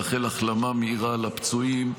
לאחל החלמה מהירה לפצועים,